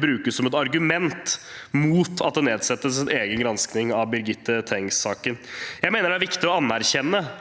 brukes som et argument mot at det nedsettes en egen gransking av Birgitte Tengs-saken. Jeg mener det er viktig å anerkjenne